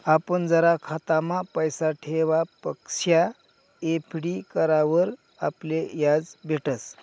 आपण जर खातामा पैसा ठेवापक्सा एफ.डी करावर आपले याज भेटस